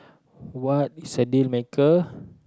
what is a deal maker